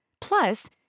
Plus